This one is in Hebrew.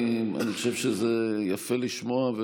אני חושב שזה יפה לשמוע,